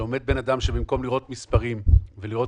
שעומד אדם שבמקום לראות מספרים ואינטרסים,